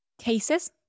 cases